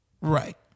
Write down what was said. Right